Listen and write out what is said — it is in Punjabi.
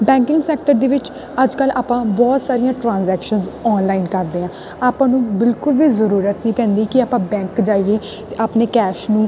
ਬੈਂਕਿੰਗ ਸੈਕਟਰ ਦੇ ਵਿੱਚ ਅੱਜ ਕੱਲ੍ਹ ਆਪਾਂ ਬਹੁਤ ਸਾਰੀਆਂ ਟ੍ਰਾਂਜੈਕਸ਼ਨਸ ਔਨਲਾਈਨ ਕਰਦੇ ਹਾਂ ਆਪਾਂ ਨੂੰ ਬਿਲਕੁਲ ਵੀ ਜ਼ਰੂਰਤ ਨਹੀਂ ਪੈਂਦੀ ਕਿ ਆਪਾਂ ਬੈਂਕ ਜਾਈਏ ਅਤੇ ਆਪਣੇ ਕੈਸ਼ ਨੂੰ